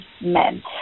men